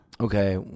Okay